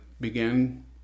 began